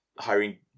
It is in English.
Hiring